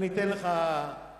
אתן לך עוד